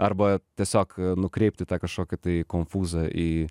arba tiesiog nukreipti tą kažkokį tai konfūzą į